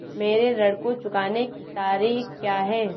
मेरे ऋण को चुकाने की तारीख़ क्या है?